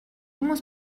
muss